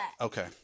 Okay